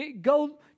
Go